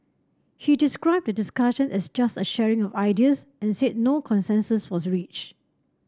he described the discussion as just a sharing of ideas and said no consensus was reached